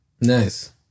Nice